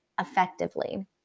effectively